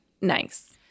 nice